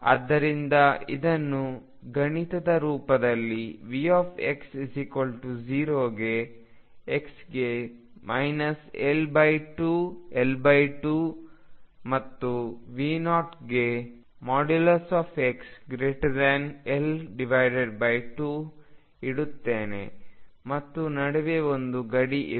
ಆದ್ದರಿಂದ ಇದನ್ನು ಗಣಿತದ ರೂಪದಲ್ಲಿ Vx0 ಗೆ x ಗೆ L2 L2 ಮತ್ತು V0ಗೆ xL2ಇಡುತ್ತೇನೆ ಮತ್ತು ನಡುವೆ ಒಂದು ಗಡಿ ಇದೆ